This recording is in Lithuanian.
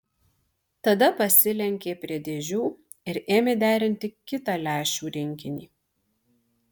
tada pasilenkė prie dėžių ir ėmė derinti kitą lęšių rinkinį